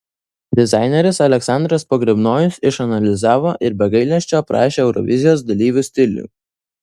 dizaineris aleksandras pogrebnojus išanalizavo ir be gailesčio aprašė eurovizijos dalyvių stilių